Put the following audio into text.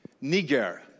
Niger